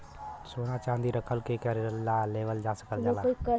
सोना चांदी रख के भी करजा लेवल जा सकल जाला